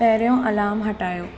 पहिरियों अलाम हटायो